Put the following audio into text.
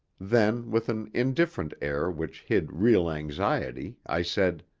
then, with an indifferent air which hid real anxiety, i said